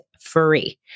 free